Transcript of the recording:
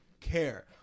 care